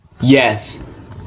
Yes